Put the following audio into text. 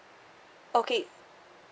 okay